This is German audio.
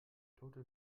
tote